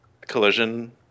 collision